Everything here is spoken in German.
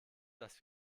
dass